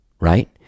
right